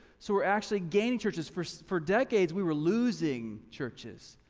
so we're actually gaining churches, for for decades we were losing churches.